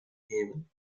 heaven